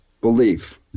belief